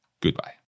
Goodbye